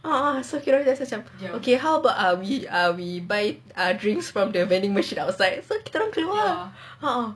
ah ah kita orang rasa macam how about we err we buy drinks from the vending machine then I was like so kita orang keluar a'ah